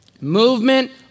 Movement